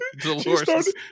Dolores